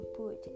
put